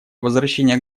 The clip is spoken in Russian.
возвращение